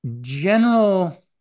general